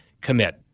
commit